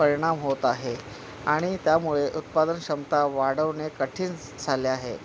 परिणाम होत आहे आणि त्यामुळे उत्पादन क्षमता वाढवणे कठीण झाले आहे